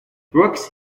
brooks